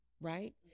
right